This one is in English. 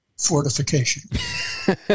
fortification